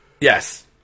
Yes